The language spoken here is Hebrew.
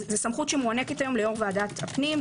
זה סמכות שמוענקת היום ליו"ר ועדת הפנים,